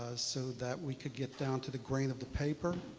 ah so that we could get down to the grain of the paper.